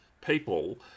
people